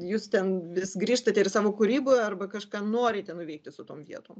jūs ten vis grįžtate ir savo kūryboje arba kažką norite nuveikti su tom vietom